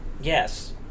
Yes